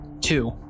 Two